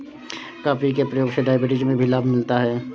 coffee के प्रयोग से डायबिटीज में भी लाभ मिलता है